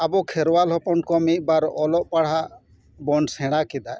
ᱟᱵᱚ ᱠᱷᱮᱨᱣᱟᱞ ᱦᱚᱯᱚᱱ ᱠᱚ ᱢᱤᱫᱤ ᱵᱟᱨ ᱯᱟᱲᱦᱟᱜ ᱵᱚᱱ ᱥᱮᱬᱟ ᱠᱮᱫᱟ